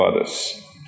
others